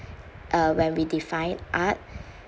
uh when we define art